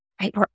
right